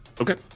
Okay